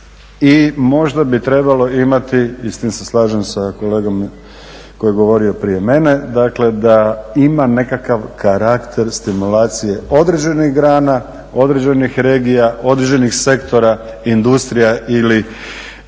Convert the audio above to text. i možda bi trebalo imati i s tim se slažem s kolegom koji je govorio prije mene dakle da ima nekakav karakter stimulacije određenih grana, određenih regija, određenih sektora industrija ili